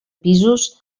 pisos